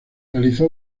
realizó